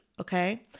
Okay